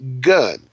gun